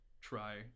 try